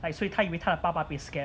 like 所以他以为他的爸爸被 scam